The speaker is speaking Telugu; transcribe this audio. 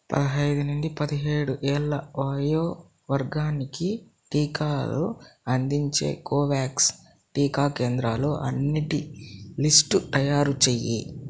పదహైదు నుండి పదిహేడు ఏళ్ల వయో వర్గానికి టీకాలు అందించే కోవ్యాక్స్ టీకా కేంద్రాలు అన్నటి లిస్టు తయారు చేయి